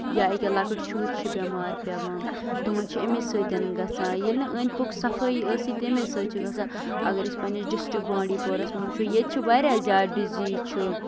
یا یہِ کیٛاہ لۄکٔٹ شُرۍ چھِ بیٚمار پیٚوان تِمن چھُ اَمہِ سۭتۍ گژھان ییٚلہِ نہٕ أنٛدۍ پوٚک صفٲیی ٲسٕے تَمہِ سۭتۍ چھُ گژھان اَگر أسۍ پَنٕنِس ڈِسٹرکٹ بانڈی پورس منٛز وُچھَو ییٚتہِ چھِ واریاہ زیادٕ ڈِزیٖز چھُ